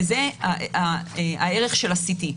וזה הערך של הסיטי.